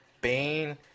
Bane